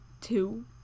two